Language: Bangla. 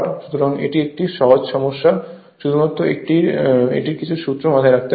সুতরাং এটি একটি সহজ সমস্যা শুধুমাত্র এটির কিছু সূত্র মাথায় রাখতে হবে